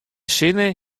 sinne